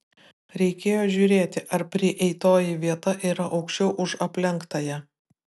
reikėjo žiūrėti ar prieitoji vieta yra aukščiau už aplenktąją